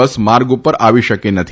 બસ માર્ગ ઉપર આવી શકી નથી